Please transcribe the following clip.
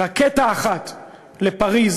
רקטה אחת לפריז,